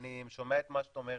יוליה, אני שומע את מה שאת אומרת,